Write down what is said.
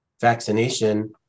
vaccination